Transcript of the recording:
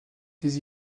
des